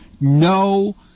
No